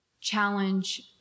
challenge